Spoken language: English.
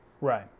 Right